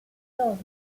killed